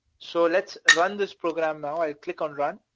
so let's run this program now, i'll click on run.